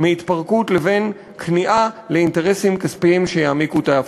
מהתפרקות לבין כניעה לאינטרסים כספיים שיעמיקו את ההפרטה.